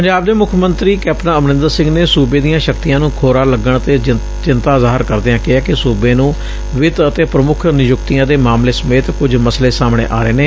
ਪੰਜਾਬ ਦੇ ਮੁੱਖ ਮੰਤਰੀ ਕੈਪਟਨ ਅਮਰਿੰਦਰ ਸਿੰਘ ਨੇ ਸੂਬੇ ਦੀਆਂ ਸ਼ਕਤੀਆਂ ਨੂੰ ਖੋਰਾ ਲੱਗਣ ਤੇ ਚਿੰਤਾ ਜ਼ਾਹਰ ਕਰਦਿਆਂ ਕਿਹੈ ਕਿ ਸੂਬੇ ਨੂੰ ਵਿੱਤ ਅਤੇ ਪ੍ਮੁੱਖ ਨਿਯੁਕਤੀਆਂ ਦੇ ਮਾਮਲਿਆਂ ਸਮੇਤ ਕੁਝ ਮੱਸਲੇ ਸਾਹਮਣੇ ਆ ਰਹੇ ਨੇ